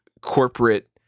corporate